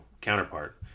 counterpart